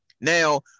Now